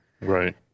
Right